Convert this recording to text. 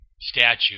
statue